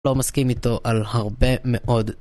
לא מסכים איתו על הרבה מאוד